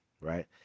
Right